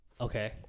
Okay